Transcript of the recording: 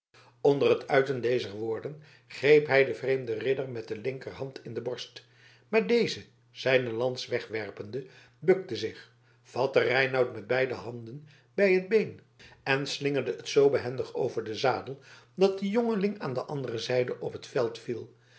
onder het uiten dezer woorden greep hij den vreemden ridder met de linkerhand in de borst maar deze zijne lans wegwerpende bukte zich vatte reinout met beide handen bij t been en slingerde het zoo behendig over den zadel dat de jongeling aan de andere zijde op het veld viel